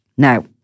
Now